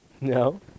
No